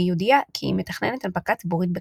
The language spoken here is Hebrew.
והיא הודיעה כי היא מתכננת הנפקה ציבורית בקרוב.